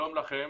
שלום לכם.